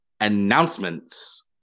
announcements